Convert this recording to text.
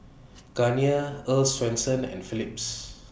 Garnier Earl's Swensens and Philips